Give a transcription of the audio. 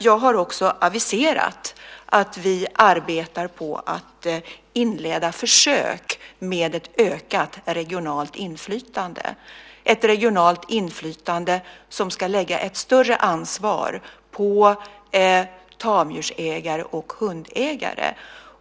Jag har också aviserat att vi arbetar på att inleda försök med ett ökat regionalt inflytande, ett regionalt inflytande som ska lägga större ansvar på tamdjursägare och hundägare.